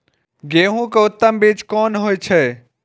गेंहू के उत्तम बीज कोन होय छे?